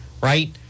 right